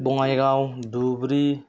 Bongaigaon Dhubri